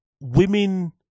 women